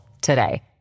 today